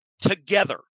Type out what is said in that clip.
together